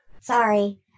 Sorry